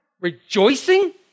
Rejoicing